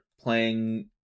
playing